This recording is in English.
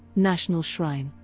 national shrine,